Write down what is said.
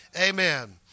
amen